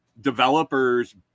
Developers